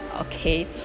okay